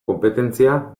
konpetentzia